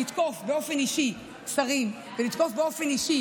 לתקוף באופן אישי שרים ולתקוף באופן אישי